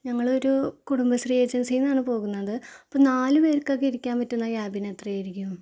ഞങ്ങൾ ഒരു കുടുംബശ്രീ ഏജന്സിയിൽ നിന്നാണ് പോകുന്നത് അപ്പോൾ നാല് പേര്ക്കൊക്കെ ഇരിക്കാന് പറ്റുന്ന ക്യാബിന് എത്ര ആയിരിക്കും